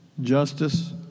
justice